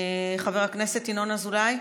הצעות מס' 1061,